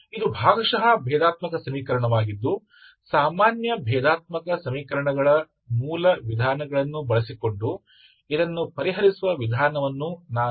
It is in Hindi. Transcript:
यह एक पार्शियल डिफरेंशियल समीकरण है मैं आपको केवल साधारण अवकल समीकरणों की मूल विधियों का उपयोग करके इसे हल करने की विधि बता रहा हूँ